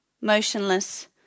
motionless